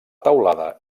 teulada